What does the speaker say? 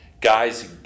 Guys